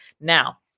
Now